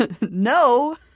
no